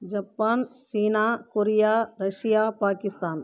Japan China Korea Russia Pakistan